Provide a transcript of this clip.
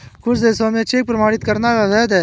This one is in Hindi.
कुछ देशों में चेक प्रमाणित करना अवैध है